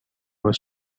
was